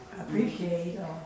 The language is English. appreciate